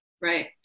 Right